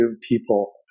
people